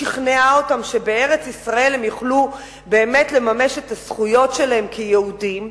שכנעה אותם שבארץ-ישראל הם יוכלו לממש את הזכויות שלהם כיהודים.